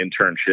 internship